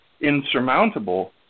insurmountable